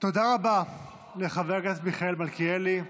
תודה רבה לחבר הכנסת מיכאל מלכיאלי.